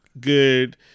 good